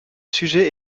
sujet